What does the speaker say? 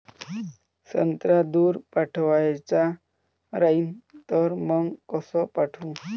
संत्रा दूर पाठवायचा राहिन तर मंग कस पाठवू?